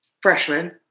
freshman